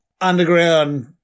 underground